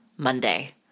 Monday